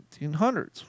1800s